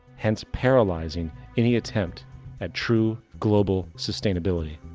hence paralyzing any attempt at true global sustainability.